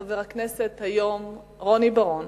חבר הכנסת היום רוני בר-און,